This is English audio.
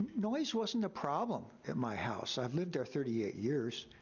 noise wasn't a problem at my house. i've lived there thirty eight years,